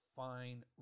fine